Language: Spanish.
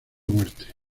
muerte